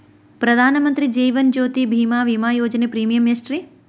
ಪ್ರಧಾನ ಮಂತ್ರಿ ಜೇವನ ಜ್ಯೋತಿ ಭೇಮಾ, ವಿಮಾ ಯೋಜನೆ ಪ್ರೇಮಿಯಂ ಎಷ್ಟ್ರಿ?